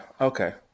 okay